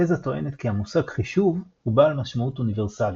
התזה טוענת כי המושג "חישוב" הוא בעל משמעות אוניברסלית.